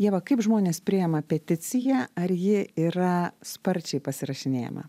ieva kaip žmonės priėma peticiją ar ji yra sparčiai pasirašinėjama